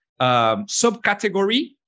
subcategory